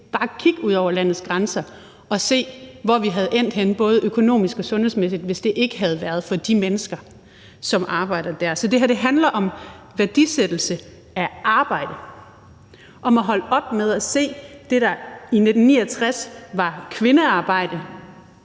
bare kigge ud over landets grænser og se, hvor vi var endt henne både økonomisk og sundhedsmæssigt, hvis det ikke havde været for de mennesker, som arbejder der. Så det her handler om værdisættelse af arbejde, om at holde op med at se det, der i 1969 var kvindearbejde,